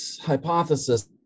hypothesis